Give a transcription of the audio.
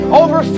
over